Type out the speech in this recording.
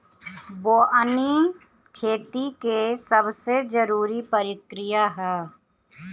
बोअनी खेती के सबसे जरूरी प्रक्रिया हअ